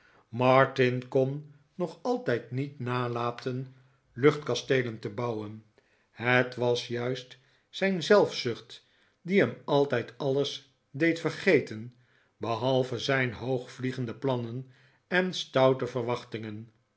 martin kon nog altijd niet nalaten luchtkasteelen te bouwen het was juist zijn zelfzucht die hem altijd alles deed vergeten behalve zijn hoogvliegende plannen en stoute verwachtingen